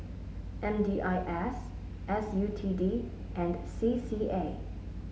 M D I S S U T D and C C A